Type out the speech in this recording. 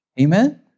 Amen